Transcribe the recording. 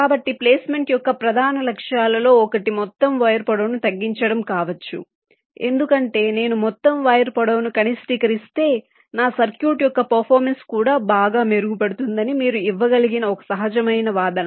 కాబట్టి ప్లేస్మెంట్ యొక్క ప్రధాన లక్ష్యాలలో ఒకటి మొత్తం వైర్ పొడవును తగ్గించడం కావచ్చు ఎందుకంటే నేను మొత్తం వైర్ పొడవును కనిష్టీకరిస్తే నా సర్క్యూట్ యొక్క పెర్ఫార్మన్స్ కూడా బాగా మెరుగుపడుతుందని మీరు ఇవ్వగలిగిన ఒక సహజమైన వాదన